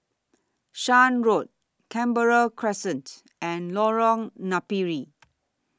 Shan Road Canberra Crescent and Lorong Napiri